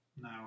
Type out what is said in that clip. now